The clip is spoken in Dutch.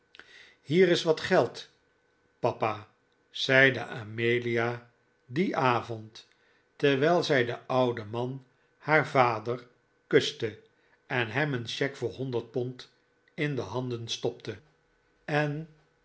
hier is wat geld papa zeide amelia dien avond terwijl zij den ouden man haar vader kuste en hem een cheque voor honderd pond in zijn handen stopte en